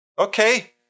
Okay